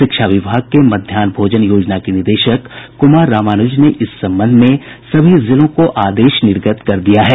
शिक्षा विभाग के मध्याह्न भोजन योजना के निदेशक कुमार रामानुज ने इस संबंध में सभी जिलों को आदेश निर्गत कर दिया है